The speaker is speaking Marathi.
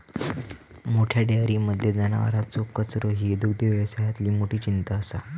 मोठ्या डेयरींमध्ये जनावरांचो कचरो ही दुग्धव्यवसायातली मोठी चिंता असा